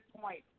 point